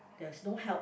there's no help